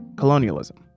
colonialism